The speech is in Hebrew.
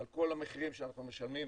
על כל המחירים שאנחנו משלמים,